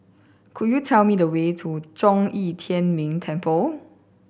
could you tell me the way to Zhong Yi Tian Ming Temple